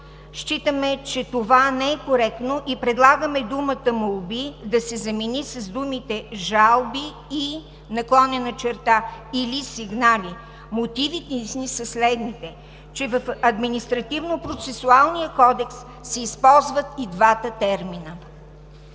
считаме, че това не е коректно и предлагаме думата „молби“ да се замени с думите „жалби и/или сигнали“. Мотивите ни са следните – в Административнопроцесуалния кодекс се използват и двата термина.